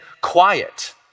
quiet